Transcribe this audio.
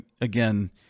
again